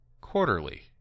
quarterly